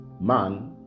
man